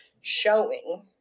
showing